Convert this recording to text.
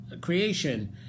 creation